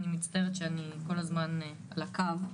אני מצטערת שאני כל הזמן על הקו.